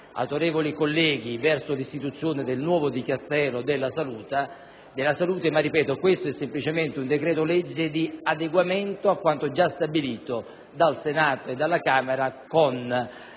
autorevoli colleghi verso l'istituzione di un nuovo Dicastero della salute ma, ripeto, questo è semplicemente un decreto-legge di adeguamento a quanto già stabilito dal Senato e dalla Camera con